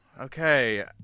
okay